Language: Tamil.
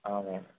ஆமாம்